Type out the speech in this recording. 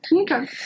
Okay